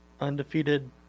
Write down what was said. undefeated